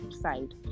side